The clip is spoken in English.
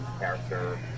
character